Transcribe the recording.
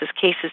cases